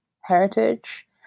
heritage